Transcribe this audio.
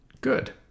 good